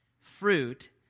fruit